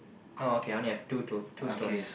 oh okay I only have two to two stones